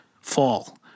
fall